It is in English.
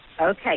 Okay